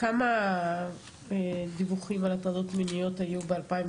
כמה דיווחים על הטרדות מיניות היו ב-2021?